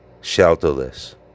shelterless